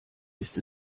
ist